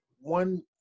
one